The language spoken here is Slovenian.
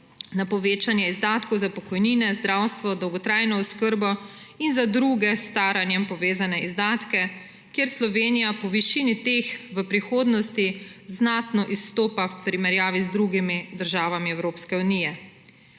na povečanje izdatkov za pokojnine, zdravstvo, dolgotrajno oskrbo in za druge s staranjem povezane izdatke. Slovenija po višini teh v prihodnosti znatno izstopa v primerjavi z drugimi državami Evropske unije.